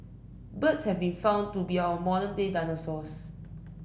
birds have been found to be our modern day dinosaurs